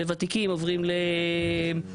וותיקים עוברים לנגב-גליל.